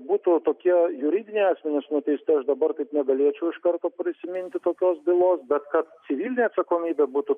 būtų tokie juridiniai asmenys nuteisti aš dabar taip negalėčiau iš karto prisiminti tokios bylos bet kad civilinė atsakomybė būtų